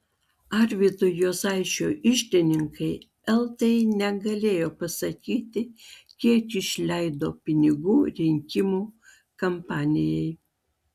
arvydo juozaičio iždininkai eltai negalėjo pasakyti kiek išleido pinigų rinkimų kampanijai